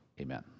Amen